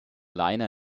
liner